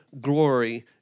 glory